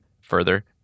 further